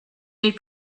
made